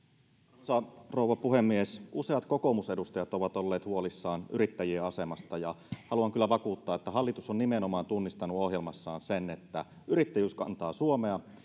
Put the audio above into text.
arvoisa rouva puhemies useat kokoomusedustajat ovat olleet huolissaan yrittäjien asemasta ja haluan kyllä vakuuttaa että hallitus on nimenomaan tunnistanut ohjelmassaan sen että yrittäjyys kantaa suomea